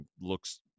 looks